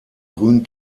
grünen